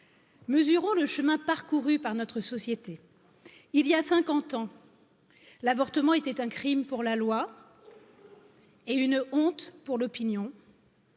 Mesurons le chemin parcouru par notre société il y a 50 ans l'avortement était un crime pour la loi. et une honte pour l'opinion,